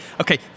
okay